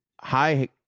high